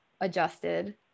adjusted